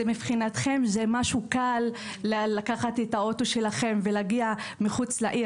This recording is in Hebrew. מבחינתם זה משהו קל לקחת את האוטו שלכם ולהגיע מחוץ לעיר.